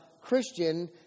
Christian